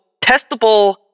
testable